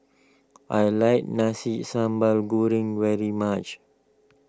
I like Nasi Sambal Goreng very much